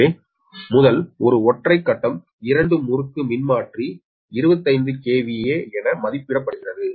எனவே முதல் ஒரு ஒற்றை கட்டம் இரண்டு முறுக்கு மின்மாற்றி 25 KVA என மதிப்பிடப்படுகிறது